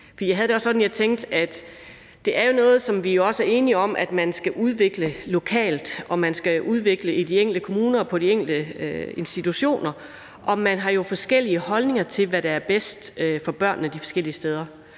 Jeg havde det også sådan, at jeg tænkte, at det jo er noget, som vi også er enige om at man skal udvikle lokalt, udvikle i de enkelte kommuner og på de enkelte institutioner, for man har jo forskellige holdninger til, hvad der er bedst for børnene de forskellige steder.